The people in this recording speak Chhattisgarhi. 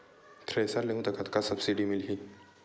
थ्रेसर लेहूं त कतका सब्सिडी मिलही?